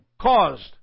caused